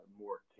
more